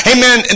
Amen